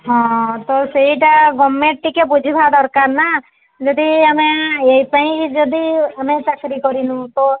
ହଁ ତ ସେଇଟା ଗଭର୍ଣ୍ଣମେଣ୍ଟ୍ ଟିକିଏ ବୁଝିବା ଦରକାର ନା ଯଦି ଆମେ ଏଇଥିପାଇଁ ଯଦି ଆମେ ଚାକିରି କରିନୁ ତ